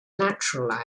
natural